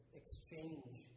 exchange